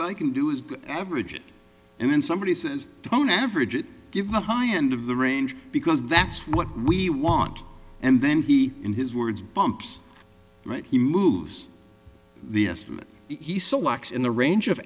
best i can do is average it and then somebody says don't average it give me a high end of the range because that's what we want and then he in his words bumps right he moves the estimate he selects in the range of